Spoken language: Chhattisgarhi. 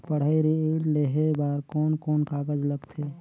पढ़ाई ऋण लेहे बार कोन कोन कागज लगथे?